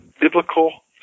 biblical